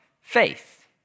faith